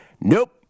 Nope